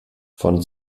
von